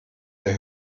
der